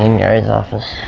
and gary's office.